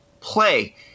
play